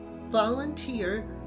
volunteer